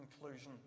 conclusion